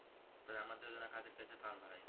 प्रधानमंत्री योजना खातिर कैसे फार्म भराई?